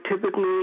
typically –